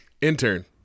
intern